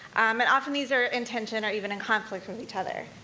and often, these are in tension, or even in conflict with each other.